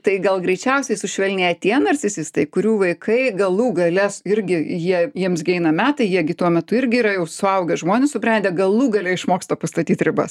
tai gal greičiausiai sušvelnėja tie narcisistai kurių vaikai galų gale s irgi jie jiems gi eina metai jie gi tuo metu irgi yra jau suaugę žmonės subrendę galų gale išmoksta pastatyt ribas